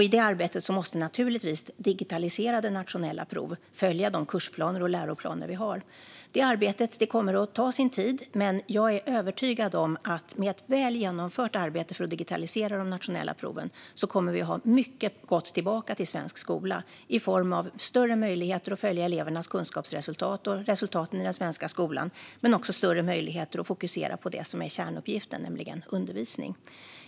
I det arbetet måste naturligtvis digitaliserade nationella prov följa de kursplaner och läroplaner vi har. Det arbetet kommer att ta sin tid, men jag är övertygad om att med ett väl genomfört arbete för att digitalisera de nationella proven kommer vi att få mycket gott tillbaka till svensk skola i form av större möjligheter att följa elevernas kunskapsresultat och resultaten i den svenska skolan men också större möjligheter att fokusera på det som är kärnuppgiften, nämligen undervisning.